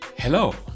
Hello